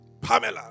Pamela